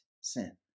sin